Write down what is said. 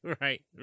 Right